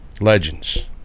legends